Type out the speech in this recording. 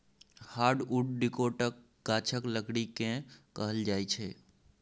hardwood डिकौटक गाछक लकड़ी केँ कहल जाइ छै